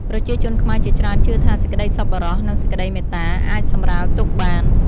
ប្រជាជនខ្មែរជាច្រើនជឿថា សេចក្តីសប្បុរស និងសេចក្តីមេត្តា អាចសម្រាលទុក្ខបាន។